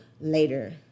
later